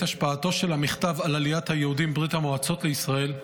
השפעתו של המכתב על עליית היהודים מברית המועצות לישראל,